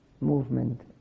movement